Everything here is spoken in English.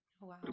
Wow